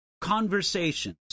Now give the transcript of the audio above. conversations